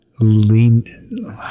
Lean